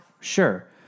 Sure